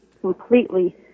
completely